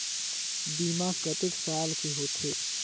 बीमा कतेक साल के होथे?